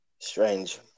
Strange